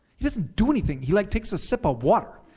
he doesn't do anything, he like takes a sip of water.